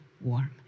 warm